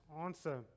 answer